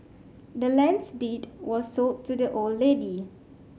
the land's deed was sold to the old lady